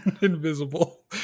Invisible